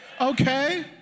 Okay